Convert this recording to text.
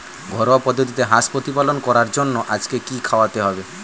ঘরোয়া পদ্ধতিতে হাঁস প্রতিপালন করার জন্য আজকে কি খাওয়াতে হবে?